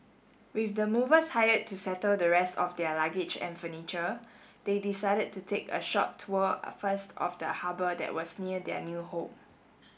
with the movers hired to settle the rest of their luggage and furniture they decided to take a short tour first of the harbour that was near their new home